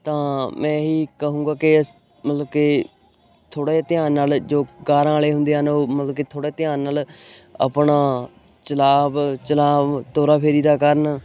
ਤਾਂ ਮੈਂ ਇਹ ਹੀ ਕਹੂੰਗਾ ਕਿ ਸ ਮਤਲਬ ਕਿ ਥੋੜ੍ਹਾ ਜਿਹਾ ਧਿਆਨ ਨਾਲ ਜੋ ਕਾਰਾਂ ਵਾਲੇ ਹੁੰਦੇ ਹਨ ਉਹ ਮਤਲਬ ਕਿ ਥੋੜ੍ਹਾ ਧਿਆਨ ਨਾਲ ਆਪਣਾ ਚਲਾਵ ਚਲਾਵ ਤੋਰਾ ਫੇਰੀ ਦਾ ਕਰਨ